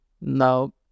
now